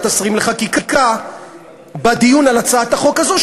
השרים לחקיקה שבדיון על הצעת החוק הזו,